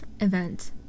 event